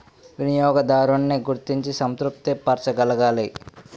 వినియోగదారున్ని గుర్తించి సంతృప్తి పరచగలగాలి